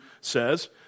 says